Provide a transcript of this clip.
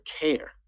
care